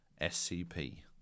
SCP